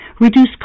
reduce